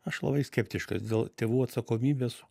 aš labai skeptiškas dėl tėvų atsakomybės